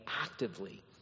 actively